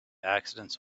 accidents